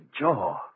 jaw